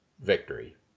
victory